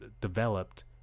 developed